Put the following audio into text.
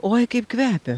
oi kaip kvepia